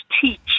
teach